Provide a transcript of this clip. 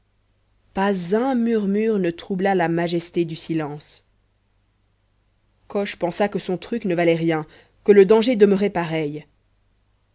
pas un murmure ne troubla la majesté du silence coche pensa que son truc ne valait rien que le danger demeurait pareil